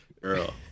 girl